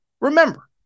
Remember